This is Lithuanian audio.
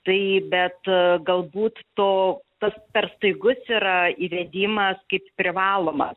tai bet galbūt to tas per staigus yra įvedimas kaip privalomas